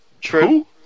True